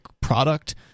product